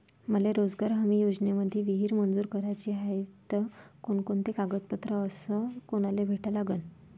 मले रोजगार हमी योजनेमंदी विहीर मंजूर कराची हाये त कोनकोनते कागदपत्र अस कोनाले भेटा लागन?